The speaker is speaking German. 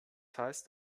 heißt